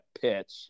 pitch